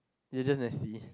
you're just nasty